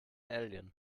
alien